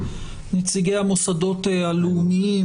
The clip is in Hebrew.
נציגי המוסדות הלאומיים,